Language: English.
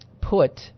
put